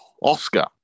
Oscar